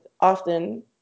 often